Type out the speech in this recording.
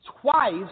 twice